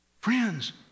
Friends